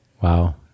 Wow